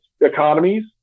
economies